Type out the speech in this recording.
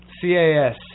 CAS